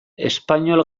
espainol